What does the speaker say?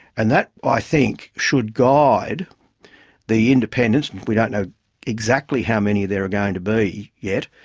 and that, i think, should guide the independents, if we don't know exactly how many there are going to be yet,